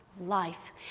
Life